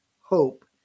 hope